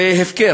זה הפקר.